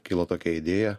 kilo tokia idėja